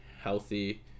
healthy